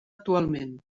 actualment